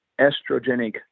estrogenic